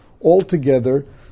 altogether